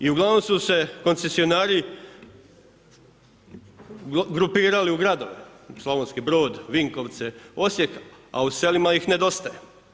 I ugl. su se koncesionari grupirali u gradove, Slavonski Brod, Vinkovce, Osijek, a u selima ih nedostaje.